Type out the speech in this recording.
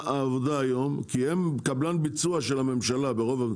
הן קבלן ביצוע של הממשלה ברוב המקרים.